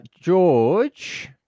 George